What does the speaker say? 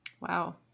Wow